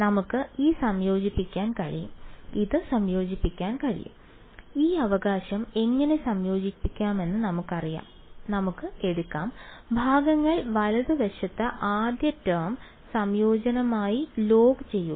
നമുക്ക് ഇത് സംയോജിപ്പിക്കാൻ കഴിയും ഈ അവകാശം എങ്ങനെ സംയോജിപ്പിക്കാമെന്ന് നമുക്കറിയാം നമുക്ക് എടുക്കാം ഭാഗങ്ങൾ വലതുവശത്ത് ആദ്യ ടേം സംയോജനമായി log ചെയ്യുക